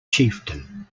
chieftain